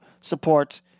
support